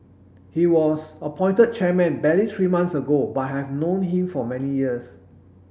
he was appointed chairman barely three months ago but I have known him for many years